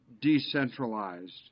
decentralized